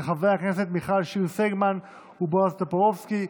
של חברי הכנסת מיכל שיר סגמן ובועז טופורובסקי.